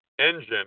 engine